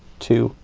two,